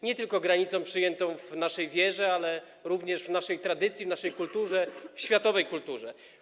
Nie tylko granicą przyjętą w naszej wierze, ale również w naszej tradycji, w naszej kulturze, w światowej kulturze.